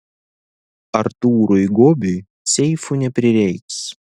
artūrui gobiui seifų neprireiks